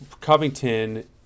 Covington